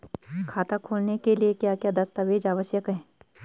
खाता खोलने के लिए क्या क्या दस्तावेज़ आवश्यक हैं?